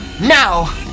now